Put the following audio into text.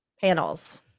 panels